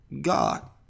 God